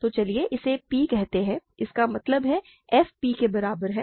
तो चलिए इसे p कहते हैं इसका मतलब है f p के बराबर है